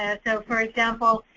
ah so for example,